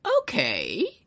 Okay